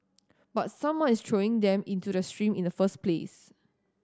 but someone is throwing them into the stream in the first place